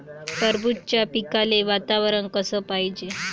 टरबूजाच्या पिकाले वातावरन कस पायजे?